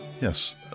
Yes